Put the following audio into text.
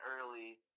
early